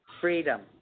freedom